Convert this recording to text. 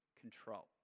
control